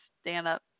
stand-up